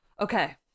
Okay